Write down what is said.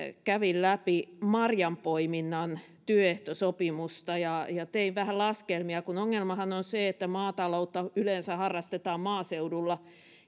kävin läpi marjanpoiminnan työehtosopimusta ja ja tein vähän laskelmia ongelmahan on on se että kun maataloutta yleensä harrastetaan maaseudulla